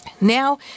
Now